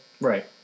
Right